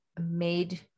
made